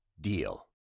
deal